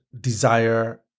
desire